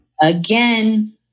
Again